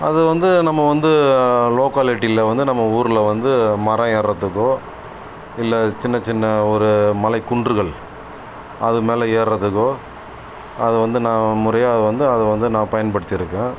அது வந்து நம்ம வந்து லோ குவாலிட்டியில் வந்து நம்ம ஊரில் வந்து மரம் ஏர்றதுக்கோ இல்லை சின்னச் சின்ன ஒரு மலைக்குன்றுகள் அது மேலே ஏர்றதுக்கோ அதை வந்து நான் முறையாக வந்து அதை வந்து நான் பயன்படுத்திருக்கேன்